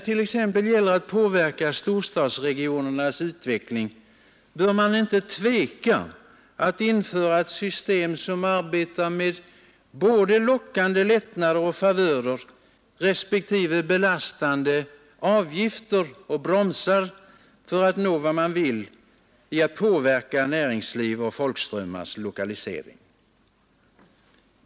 Vill man påverka storstadsregionernas utveckling bör man inte tveka att införa ett system, som arbetar med både lockande lättnader och favörer respektive belastande avgifter och bromsar när det gäller att påverka näringsliv och folkströmmars lokalisering.